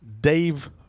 Dave